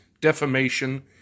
defamation